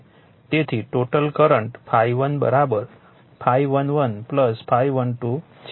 તેથી તે total current ∅1 ∅11 ∅12 છે